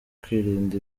kwirinda